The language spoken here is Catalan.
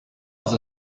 els